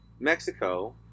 Mexico